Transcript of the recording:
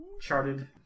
charted